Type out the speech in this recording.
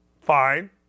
Fine